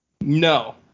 No